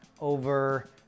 over